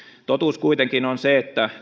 totuus kuitenkin on se että